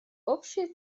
общая